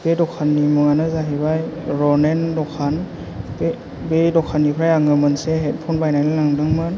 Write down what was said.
बे दखाननि मुङानो जाहैबाय रनेन दखान बे बे दखाननिफ्राय आङो मोनसे हेदफन बायनानै लांदोंमोन